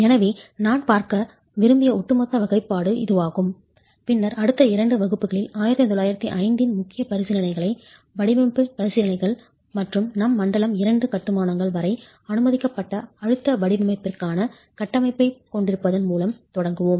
எனவே நான் பார்க்க விரும்பிய ஒட்டுமொத்த வகைப்பாடு இதுவாகும் பின்னர் அடுத்த இரண்டு வகுப்புகளில் 1905 இன் முக்கிய பரிசீலனைகள் வடிவமைப்பு பரிசீலனைகள் மற்றும் நம் மண்டலம் II கட்டுமானங்கள் வரை அனுமதிக்கப்பட்ட அழுத்த வடிவமைப்பிற்கான கட்டமைப்பைக் கொண்டிருப்பதன் மூலம் தொடங்குவோம்